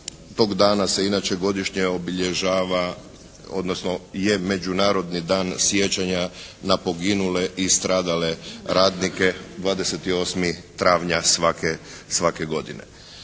tog dana se inače godišnje obilježava, odnosno je međunarodni dan sjećanja na poginule i stradale radnike 28. travnja svake godine.